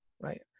right